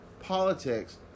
politics